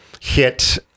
hit